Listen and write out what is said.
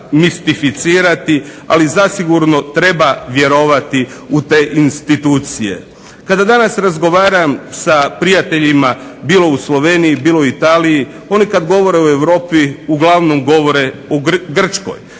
mistificirati, ali zasigurno treba vjerovati u te institucije. Kada danas razgovaram sa prijateljima bilo u Sloveniji, bilo u Italiji oni kada govore o Europi uglavnom govore o Grčkoj,